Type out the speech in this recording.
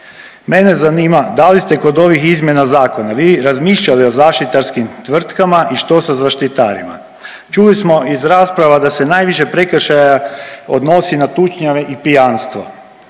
Mene zanima da li ste kod ovih izmjena zakona vi razmišljali o zaštitarskim tvrtkama i što sa zaštitarima. Čuli smo iz rasprava da se najviše prekršaja odnosi na tučnjave i pijanstvo.